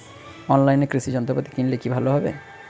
অনলাইনে কৃষি যন্ত্রপাতি কিনলে কি ভালো হবে?